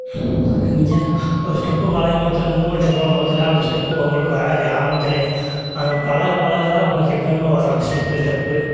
நீங்கள் ஒரு ஸ்டெப்பு பாக்கும்போதெல்லாம் மூவ்மெண்ட் போடும்போதெல்லாம் அந்த ஸ்டெப்பு உங்களுக்கு வராது ஆரம்பத்துலேயே அது பழக பழக தான் உங்களுக்கு எப்போதுமே வரும் அந்த ஸ்டெப்பு ஸ்டெப்பு